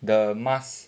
the mask